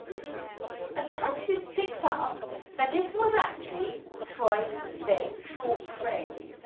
d and perhaps you've picked up that this was actually twice the same short phrase,